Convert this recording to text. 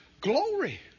glory